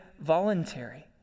voluntary